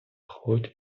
хоть